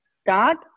start